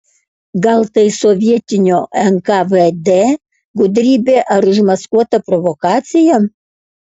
gal tai sovietinio nkvd gudrybė ar užmaskuota provokacija